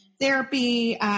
therapy